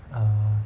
err